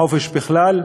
חופש בכלל?